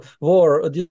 war